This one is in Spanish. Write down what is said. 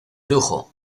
brujo